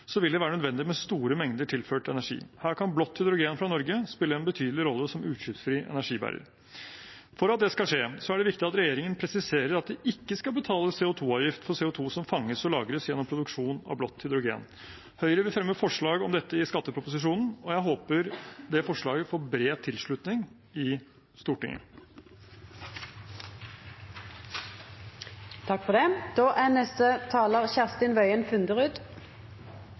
vil det være nødvendig med store mengder tilført energi. Her kan blått hydrogen fra Norge spille en betydelig rolle som utslippsfri energibærer. For at det skal skje er det viktig at regjeringen presiserer at det ikke skal betales CO 2 -avgift for CO 2 som fanges og lagres gjennom produksjon av blått hydrogen. Høyre vil fremme forslag om dette i skatteproposisjonen, og jeg håper det forslaget får bred tilslutning i Stortinget.